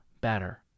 better